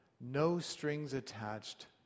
no-strings-attached